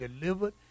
delivered